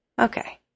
Okay